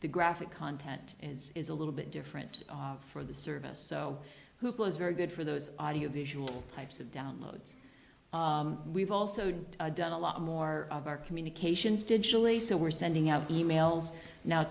the graphic content is a little bit different for the service so hoopla is very good for those audio visual types of downloads we've also didn't done a lot more of our communications digitally so we're sending out emails now